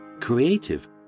creative